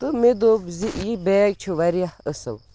تہٕ مےٚ دوٚپ زِ یہِ بیگ چھُ واریاہ اَصٕل